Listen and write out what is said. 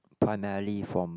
primarily from